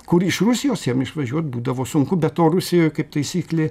kur iš rusijos jiem išvažiuot būdavo sunku be to rusijoj kaip taisyklė